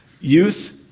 Youth